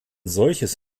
solches